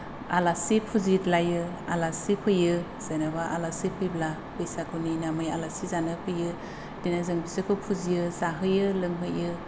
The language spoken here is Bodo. आलासि फुजिलायो आलासि फैयो जेनेबा आलासि फैब्ला बैसागुनि नामै आलासि जानो फैयो बिदिनो जों बिसोरखौ फुजियो जाहोयो लोंहोयो